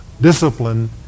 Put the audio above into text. Discipline